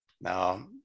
Now